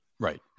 Right